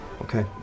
Okay